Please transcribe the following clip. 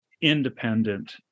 independent